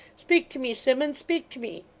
speak to me, simmun. speak to me